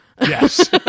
yes